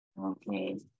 Okay